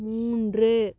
மூன்று